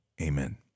amen